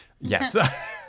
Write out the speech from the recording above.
Yes